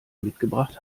mitgebracht